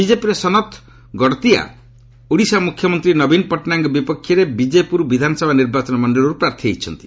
ବିଜେପିର ସନତ୍ ଗଡତିଆ ଓଡ଼ିଶା ମୁଖ୍ୟମନ୍ତ୍ରୀ ନବୀନ ପଟ୍ଟନାୟକଙ୍କ ବିପକ୍ଷରେ ବିଜେପୁର ବିଧାନସଭା ନିର୍ବାଚନ ମଣ୍ଡଳୀରୁ ପ୍ରାର୍ଥୀ ହୋଇଛନ୍ତି